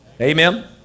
amen